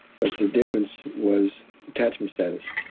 but the difference was attachment status.